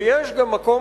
ויש גם מקום,